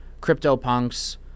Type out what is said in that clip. CryptoPunks